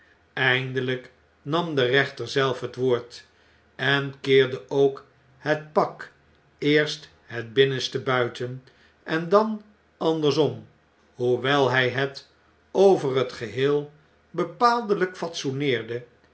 eindeljjk nam de rechter zelf het woord en keerde ook het pak eerst het binnenste buiten en dan andersom hoewel hij het over het geheel bepaaldelijk fatsoeneerde